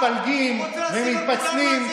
מתפלגים ומתפצלים,